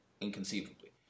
inconceivably